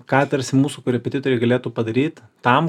ką tarsi mūsų korepetitoriai galėtų padaryt tam